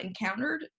encountered